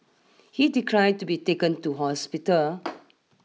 he declined to be taken to hospital